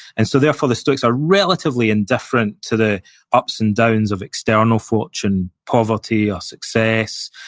and so therefore, the stoics are relatively indifferent to the ups and downs of external fortune, poverty or success,